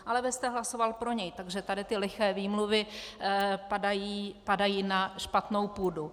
Ale vy jste hlasoval pro něj, takže tady ty liché výmluvy padají na špatnou půdu.